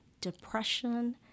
depression